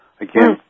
Again